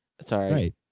Sorry